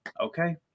Okay